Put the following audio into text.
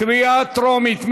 קריאה טרומית.